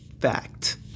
fact